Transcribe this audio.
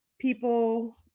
people